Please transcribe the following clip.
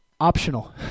optional